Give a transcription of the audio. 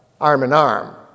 arm-in-arm